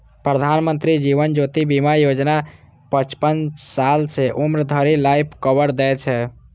प्रधानमंत्री जीवन ज्योति बीमा योजना पचपन साल के उम्र धरि लाइफ कवर दै छै